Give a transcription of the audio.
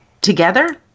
together